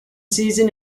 season